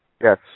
Yes